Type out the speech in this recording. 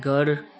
घरु